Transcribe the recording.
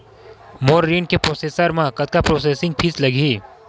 मोर ऋण के प्रोसेस म कतका प्रोसेसिंग फीस लगही?